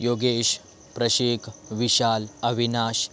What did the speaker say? Yogesh Prashik Vishal Avinash